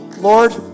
Lord